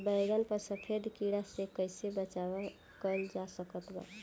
बैगन पर सफेद कीड़ा से कैसे बचाव कैल जा सकत बा?